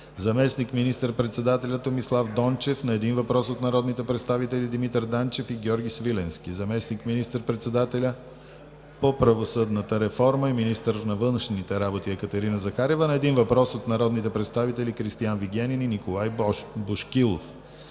заместник министър-председателят Томислав Дончев – на един въпрос от народните представители Димитър Данчев и Георги Свиленски; - заместник министър-председателят по правосъдната реформа и министърът на външните работи Екатерина Захариева – на един въпрос от народните представители Кристиан Вигенин и Николай Бошкилов;